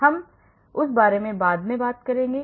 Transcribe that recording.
हम उस बारे में बाद में बात करेंगे